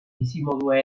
bizimodua